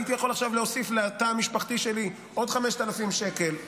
הייתי יכול עכשיו להוסיף לתא המשפחתי שלי עוד 5,000 שקל,